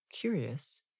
curious